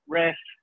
rest